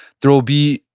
there will be,